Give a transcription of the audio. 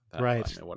right